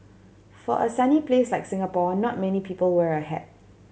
for a sunny place like Singapore not many people wear a hat